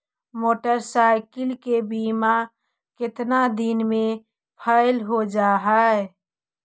Motorcycle के बिमा केतना दिन मे फेल हो जा है?